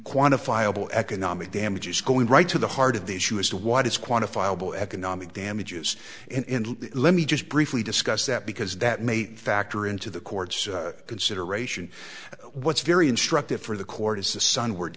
quantifiable economic damages going right to the heart of the issue as to what is quantifiable economic damages and let me just briefly discuss that because that made factor into the court's consideration what's very instructive for the court is the sunward